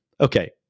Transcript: okay